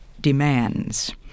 Demands